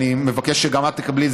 אני מבקש שגם את תקבלי.